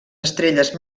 estrelles